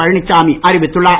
பழனிச்சாமி அறிவித்துள்ளார்